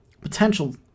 potential